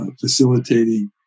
facilitating